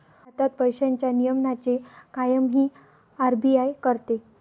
भारतात पैशांच्या नियमनाचे कामही आर.बी.आय करते